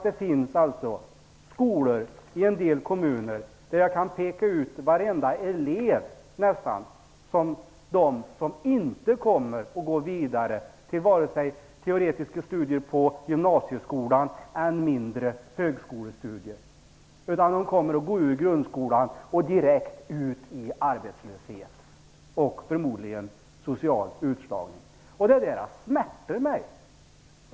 Det finns skolor i en del kommuner där jag kan peka ut nästan varenda elev som inte kommer att gå vidare till vare sig teoretiska studier på gymnasieskolan eller än mindre högskolestudier, utan de kommer att gå ur grundskolan och direkt ut i arbetslöshet och förmodligen social utslagning. Detta smärtar mig.